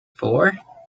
four